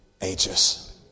anxious